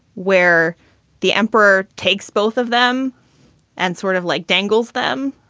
where the emperor takes both of them and sort of like dangles them.